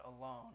alone